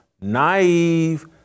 naive